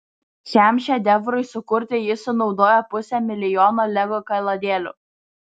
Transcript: šiam šedevrui sukurti jis sunaudojo pusę milijono lego kaladėlių